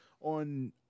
on